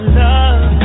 love